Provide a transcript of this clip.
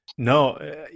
No